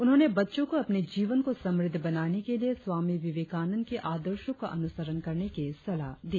उन्होंने बच्चों को अपने जीवन को समृद्ध बनाने के लिए स्वामी विवेकानंद के आदर्शों का अनुसरण करने की सलाह दी